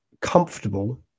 comfortable